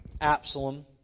Absalom